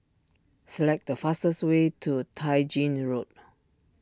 select the fastest way to Tai Gin Road